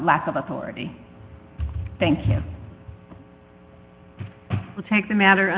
lack of authority thank you take the matter